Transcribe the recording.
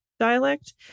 dialect